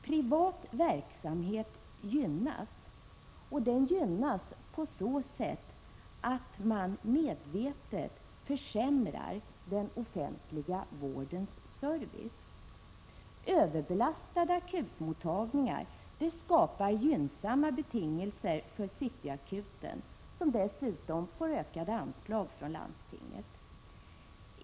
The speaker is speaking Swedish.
Privat verksamhet gynnas och gynnas på så sätt att man medvetet försämrar den offentliga vårdens service. Överbelastade akutmottagningar skapar gynnsamma betingelser för City Akuten, som dessutom får ökade anslag från landstinget.